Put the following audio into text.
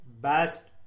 best